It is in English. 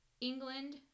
England